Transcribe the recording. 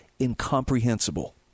incomprehensible